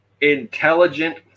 intelligent